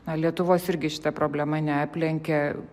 na lietuvos irgi šita problema neaplenkė